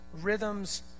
rhythms